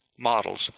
models